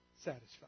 satisfied